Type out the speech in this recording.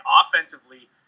offensively